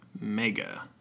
Mega